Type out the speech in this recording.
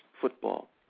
football